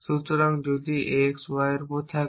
সুতরাং যদি x এর y এর উপর থাকে